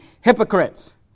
hypocrites